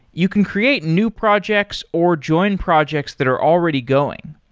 you can create new projects or join projects that are already going.